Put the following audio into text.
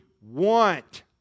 want